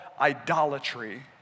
idolatry